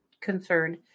concerned